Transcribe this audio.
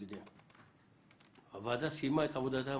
מתי הוועדה סיימה את עבודתה?